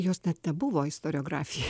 jos net nebuvo istoriografijoj